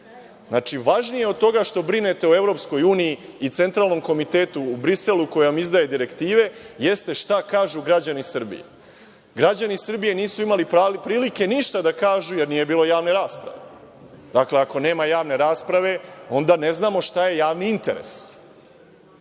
znači, važnije od toga što brinete o EU i Centralnom komitetu u Briselu koji vam izdaju direktive, jeste šta kažu građani Srbije. Građani Srbije nisu imali prilike ništa da kažu, jer nije bilo javne rasprave. Dakle, ako nema javne rasprave, onda ne znamo šta je javni interes.